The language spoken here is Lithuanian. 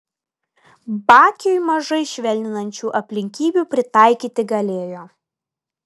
bakiui mažai švelninančių aplinkybių pritaikyti galėjo